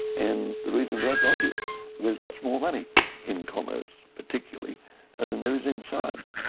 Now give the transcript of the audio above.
and the reason for that is obvious there's much more money in commerce particularly than there is in science.